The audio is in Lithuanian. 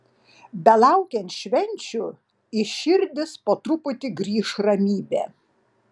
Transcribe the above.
belaukiant švenčių į širdis po truputį grįš ramybė